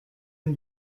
une